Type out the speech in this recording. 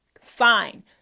Fine